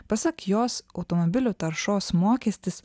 pasak jos automobilių taršos mokestis